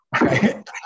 Right